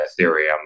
ethereum